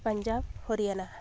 Punjab Haryana